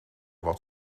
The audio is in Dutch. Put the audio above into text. wat